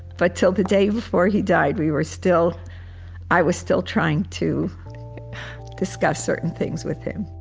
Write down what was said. but till the day before he died we were still i was still trying to discuss certain things with him